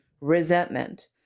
Resentment